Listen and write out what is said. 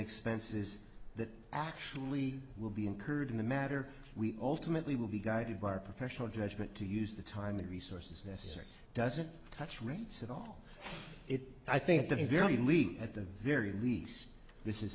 expenses that actually will be incurred in the matter we ultimately will be guided by our professional judgment to use the time the resources necessary doesn't touch rates at all it i think the very least at the very least this is